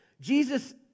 Jesus